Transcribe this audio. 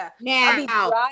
now